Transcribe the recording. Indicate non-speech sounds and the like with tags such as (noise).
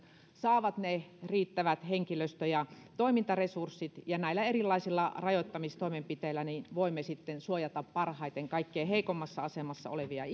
saavat ne riittävät henkilöstö ja toimintaresurssit ja näillä erilaisilla rajoittamistoimenpiteillä voimme sitten suojata parhaiten kaikkein heikoimmassa asemassa olevia (unintelligible)